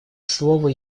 слово